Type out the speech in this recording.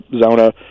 Zona